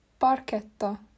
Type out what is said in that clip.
parketta